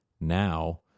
now